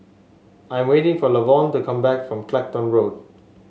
I'm waiting for Lavonne to come back from Clacton Road